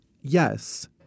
Yes